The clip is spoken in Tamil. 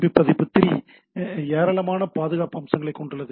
பி பதிப்பு 3 ஏராளமான பாதுகாப்பு அம்சங்களைக் கொண்டுள்ளது